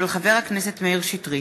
של חבר הכנסת מאיר שטרית,